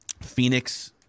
Phoenix